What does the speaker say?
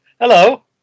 Hello